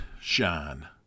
shine